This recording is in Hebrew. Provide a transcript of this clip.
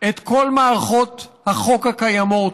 את כל מערכות החוק הקיימות,